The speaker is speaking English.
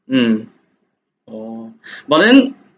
mm orh but then